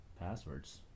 passwords